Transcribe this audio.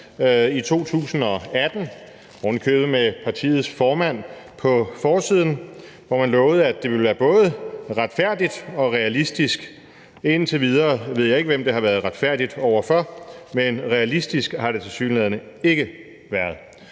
i 2018, ovenikøbet med partiets formand på forsiden, hvor man lovede, at det både ville være retfærdigt og realistisk. Indtil videre ved jeg ikke, hvem det har været retfærdigt over for, men realistisk har det tilsyneladende ikke været.